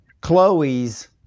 Chloe's